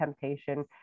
temptation